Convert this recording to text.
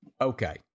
Okay